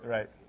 Right